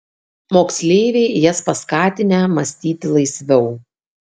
moksleiviai jas paskatinę mąstyti laisviau